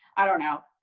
i don't know.